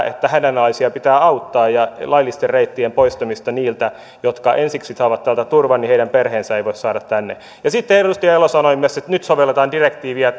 että hädänalaisia pitää auttaa ja laillisten reittien poistamista niiltä jotka ensiksi saavat täältä turvan niin etteivät heidän perheensä voi tulla tänne ja sitten edustaja elo sanoi myös että nyt sovelletaan direktiiviä